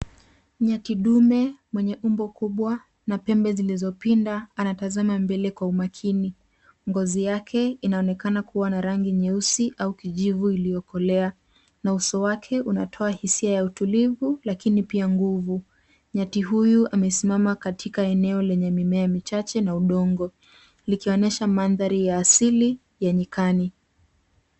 Nyati dume mwenye umbo kubwa na pembe zilizopinda anatazama mbele kwa umakini. Ngozi yake inaonekana kuwa na rangi nyeusi au kijivu iliyokolea na uso wake unatoa hisia ya utulivu lakini pia nguvu. Nyati huyu amesimama katika eneo lenye mimea michache na udongo, likionyesha mandhari ya asili ya nyikani.